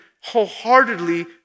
wholeheartedly